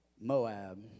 Moab